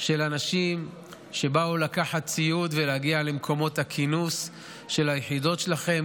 של אנשים שבאו לקחת ציוד ולהגיע למקומות הכינוס של היחידות שלהם,